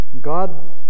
God